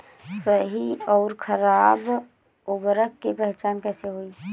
सही अउर खराब उर्बरक के पहचान कैसे होई?